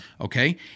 okay